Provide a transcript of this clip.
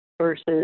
Versus